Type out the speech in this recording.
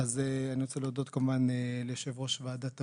אני רוצה להודות כמובן ליושבת ראש ועדת הבריאות,